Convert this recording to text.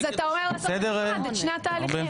אז אתה אומר, צריך בנפרד את שני התהליכים.